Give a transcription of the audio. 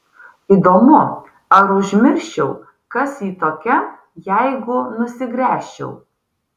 įdomu ar užmirščiau kas ji tokia jeigu nusigręžčiau